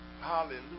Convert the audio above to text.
Hallelujah